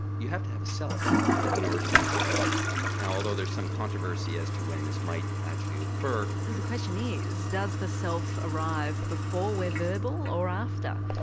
you have to have a self in order to have an autobiography. now although there's some controversy as to when this might actually occur. because the question is, does the self arrive before we're verbal or after?